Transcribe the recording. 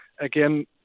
again